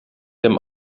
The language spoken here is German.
dem